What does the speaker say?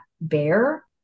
bear